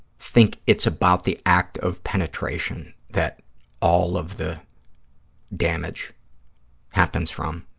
think it's about the act of penetration, that all of the damage happens from,